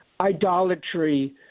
idolatry